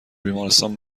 بیمارستان